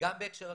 גם בהקשר הקליטה,